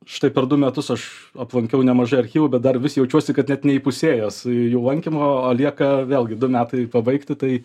štai per du metus aš aplankiau nemažai archyvų bet dar vis jaučiuosi kad net neįpusėjęs jų lankymo lieka vėlgi du metai pabaigti tai